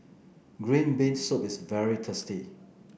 Green Bean Soup is very tasty